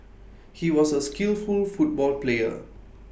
he was A skillful football player